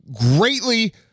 greatly